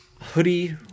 Hoodie